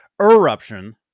eruption